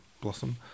blossom